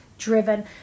Driven